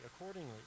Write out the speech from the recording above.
accordingly